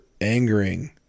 angering